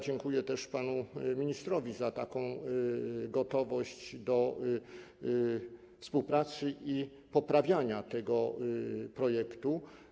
Dziękuję też panu ministrowi za gotowość do współpracy i poprawiania tego projektu.